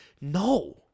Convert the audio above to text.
No